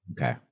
Okay